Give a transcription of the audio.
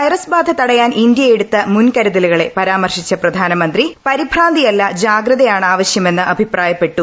virus ബാധ തടയാൻ ഇന്ത്യയെടുത്ത മുൻകരുതലുകളെ പരാമർശിച്ച പ്രധാനമന്ത്രി പരിഭ്രാന്തിയല്ല ജാഗ്രതയാണ് ആവശ്യമെന്ന് അഭിപ്രായപ്പെട്ടു